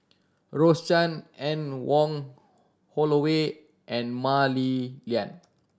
Rose Chan Anne Wong Holloway and Mah Li Lian